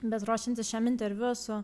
bet ruošiantis šiam interviu esu